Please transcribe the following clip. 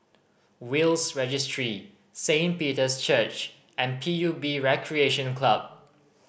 Will's Registry Saint Peter's Church and P U B Recreation Club